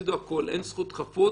אין זכות חפות